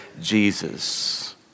Jesus